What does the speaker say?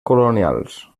colonials